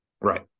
Right